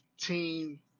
Team